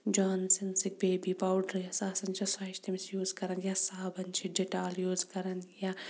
جانسَنزٕک baby powder یۄس آسان چھِ سۄ چھِ تٔمِس یوٗز کَران یا صابَن چھِ ڈِٹال یوٗز کَران یا